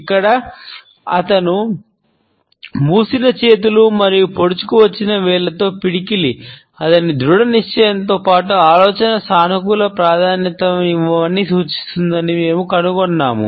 ఇక్కడ అతని మూసిన చేతులు మరియు పొడుచుకు వచ్చిన వేలితో పిడికిలి అతని దృడ నిశ్చయంతో పాటు ఆలోచనకు సానుకూల ప్రాధాన్యతనివ్వమని సూచిస్తుందని మేము కనుగొన్నాము